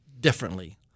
differently